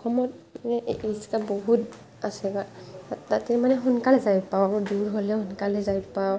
অসমত মানে ই ৰিক্সা বহুত আছে তাতে মানে সোনকালে যাই পাওঁ অলপ দূৰ হ'লেও সোনকালে যাই পাওঁ